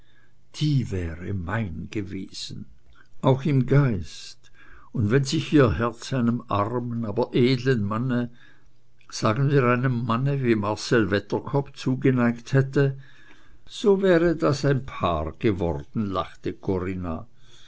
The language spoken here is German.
die wäre mein gewesen auch im geist und wenn sich ihr herz einem armen aber edlen manne sagen wir einem manne wie marcell wedderkopp zugeneigt hätte so wäre das ein paar geworden lachte corinna